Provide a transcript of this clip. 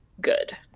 good